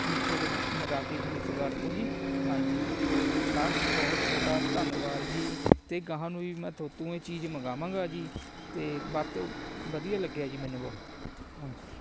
ਮੀਸ਼ੋ ਤੋਂ ਮੰਗ ਮੰਗਾ ਕੇ ਫਲਿੱਪਕਾਰਟ ਤੋਂ ਜੀ ਹਾਂਜੀ ਸਰ ਬਹੁਤ ਤੁਹਾਡਾ ਧੰਨਵਾਦ ਜੀ ਅਤੇ ਅਗਾਂਹ ਨੂੰ ਵੀ ਮੈਂ ਥੋਤੋਂ ਇਹ ਚੀਜ਼ ਮੰਗਾਵਾਂਗਾ ਜੀ ਅਤੇ ਵੱਧ ਤੋਂ ਵਧੀਆ ਲੱਗਿਆ ਜੀ ਮੈਨੂੰ ਬਹੁਤ ਹਾਂਜੀ